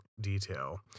detail